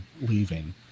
leaving